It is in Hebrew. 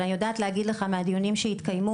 אבל אני יודעת להגיד לך מהדיונים שהתקיימו,